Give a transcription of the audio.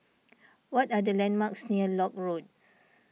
what are the landmarks near Lock Road